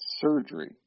surgery